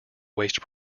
waste